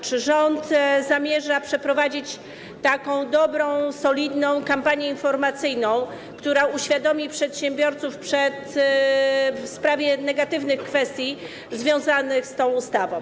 Czy rząd zamierza przeprowadzić dobrą, solidną kampanię informacyjną, która uświadomi przedsiębiorców w sprawie negatywnych kwestii związanych z tą ustawą?